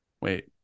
Wait